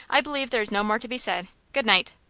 i believe there is no more to be said. good-night!